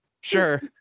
Sure